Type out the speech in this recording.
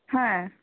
হ্যাঁ